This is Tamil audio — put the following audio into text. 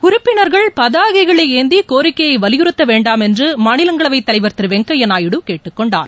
உறுப்பினர்கள் பதாகைகளை ஏந்தி கோரிக்கைகயை வலியுறுத்த வேண்டாம் என்று மாநிலங்களவைத் தலைவர் திரு வெங்கைய்யா நாயுடு கேட்டுக் கொண்டார்